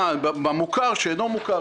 במוכר שאינו מוכר,